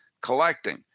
collecting